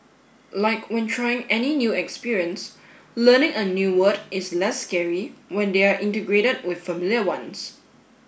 like when trying any new experience learning a new word is less scary when they are integrated with familiar ones